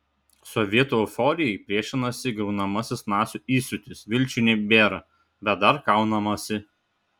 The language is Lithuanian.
sovietų euforijai priešinasi griaunamasis nacių įsiūtis vilčių nebėra bet dar kaunamasi